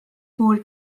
kuul